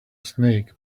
snake